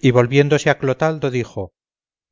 y volviéndose a clotaldo dijo